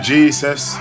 Jesus